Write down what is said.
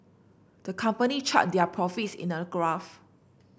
the company charted their profits in a graph